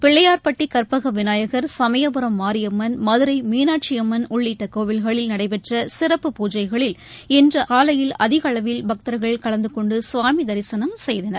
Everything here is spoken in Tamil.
பிள்ளையார்பட்டிகற்பகவிநாயகர் சமயபுரம் மாரியம்மன் மதுரைமீனாட்சியம்மன் உள்ளிட்டகோவில்களில் நடைபெற்றசிறப்பு பூஜைகளில் இன்றுகாலையில் அதிகஅளவில் பக்தர்கள் கலந்துகொண்டுகவாமிதரிசனம் செய்தனர்